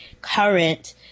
current